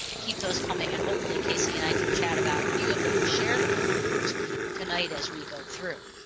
keep those coming and hopefully casey and i could chat about a few of them and share them with others tonight as we go through.